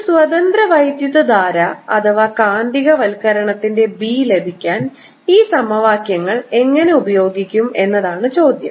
ഒരു സ്വതന്ത്ര വൈദ്യുതധാര അഥവാ കാന്തികവൽക്കരണത്തിൻറെ B ലഭിക്കാൻ ഈ സമവാക്യങ്ങൾ എങ്ങനെ ഉപയോഗിക്കും എന്നതാണ് ചോദ്യം